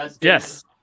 yes